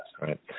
right